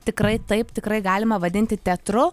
tikrai taip tikrai galima vadinti teatru